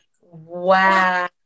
Wow